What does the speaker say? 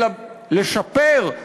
אלא לשפר,